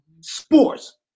sports